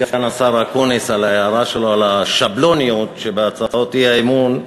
לסגן השר אקוניס על ההערה שלו על השבלוניות שבהצעות האי-אמון,